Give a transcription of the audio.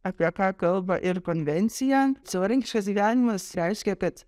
apie ką kalba ir konvencija savarankiškas gyvenimas reiškia kad